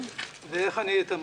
ואיך אני אתמרן?